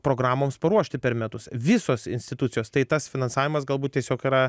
programoms paruošti per metus visos institucijos tai tas finansavimas galbūt tiesiog yra